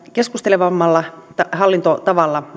keskustelevammalla hallintotavalla